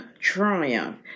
triumph